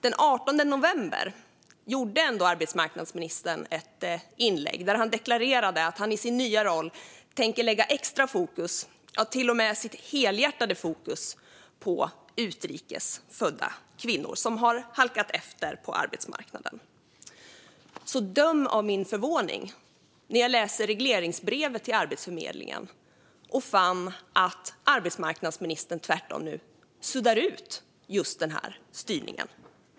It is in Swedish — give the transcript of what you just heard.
Den 18 november gjorde arbetsmarknadsministern ändå ett inlägg där han deklarerade att han i sin nya roll tänker lägga extra fokus, ja till och med sitt helhjärtade fokus, på utrikes födda kvinnor, som har halkat efter på arbetsmarknaden. Så döm om min förvåning när jag läste regleringsbrevet till Arbetsförmedlingen och fann att arbetsmarknadsministern nu tvärtom har suddat ut just den styrningen.